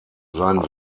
seinen